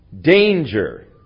danger